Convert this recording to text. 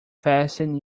fasten